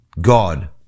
God